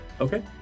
Okay